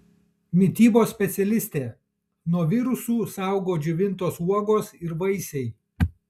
mitybos specialistė nuo virusų saugo džiovintos uogos ir vaisiai